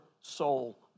soul